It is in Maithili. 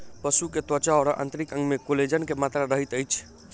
पशु के त्वचा और आंतरिक अंग में कोलेजन के मात्रा रहैत अछि